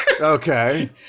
okay